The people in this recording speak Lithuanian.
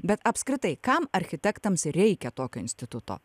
bet apskritai kam architektams reikia tokio instituto